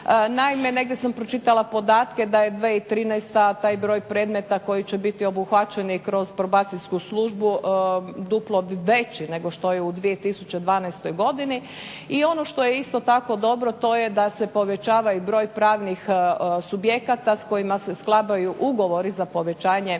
Naime, negdje sam pročitala podatke da je 2013. taj broj predmeta koji će biti obuhvaćen i kroz Probacijsku službu duplo veći nego što je u 2012. godini i ono što je isto tako dobro to je da se povećava i broj pravnih subjekata s kojima se sklapaju ugovori za povećanje,